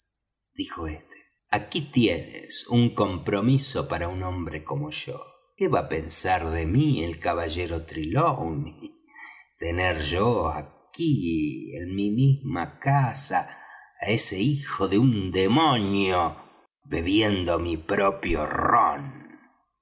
dijo este aquí tienes un compromiso para un hombre como yo qué va á pensar de mí el caballero trelawney tener yo aquí en mi misma casa á ese hijo de un demonio bebiendo mi propio rom